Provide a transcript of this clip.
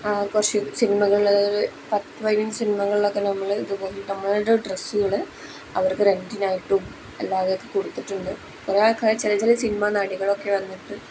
കുറച്ച് സിനിമകളിൽ പത്ത് പതിനഞ്ച് സിനിമകളിലൊക്കെ നമ്മൾ ഇതുപോലെ നമ്മളുടെ ഡ്രസ്സുകള് അവർക്ക് റെൻറിനായിട്ടും അല്ലാതെയൊക്കെ കൊടുത്തിട്ടുണ്ട് കുറേ ആൾക്കാർ ചില ചില സിനിമ നടികളൊക്കെ വന്നിട്ട്